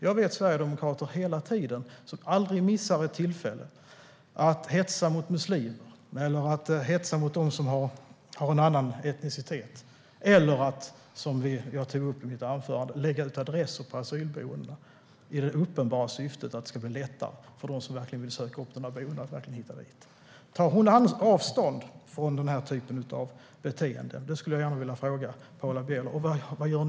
Jag vet sverigedemokrater som aldrig missar ett tillfälle att hetsa mot muslimer eller hetsa mot dem som har en annan etnicitet - eller, som jag tog upp i mitt anförande, lägga ut adresser till asylboenden med det uppenbara syftet att det ska bli lättare för dem som verkligen vill söka upp dem. Tar du avstånd från den här typen av beteende, Paula Bieler? Vad gör ni åt det? Vad gör ni för att städa ut den typen av beteende?